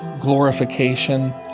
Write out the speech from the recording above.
glorification